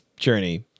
journey